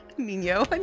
Nino